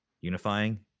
unifying